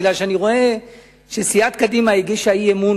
כי אני רואה שסיעת קדימה הגישה הצעת אי-אמון